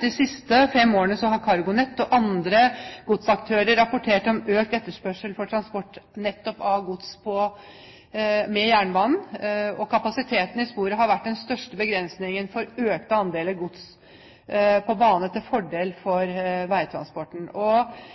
De siste fem årene har CargoNet og andre godsaktører rapportert om økt etterspørsel etter transport nettopp av gods med jernbane. Kapasiteten på sporet har vært den største begrensningen for økte andeler gods på bane til fordel for veitransporten.